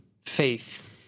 faith